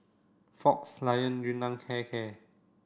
Fox Lion Yun Nam Hair Care